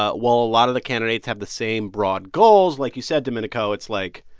ah while a lot of the candidates have the same broad goals, like you said, domenico, it's like,